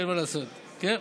אין מה לעשות, כן?